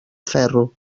ferro